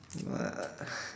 uh